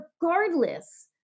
regardless